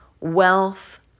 wealth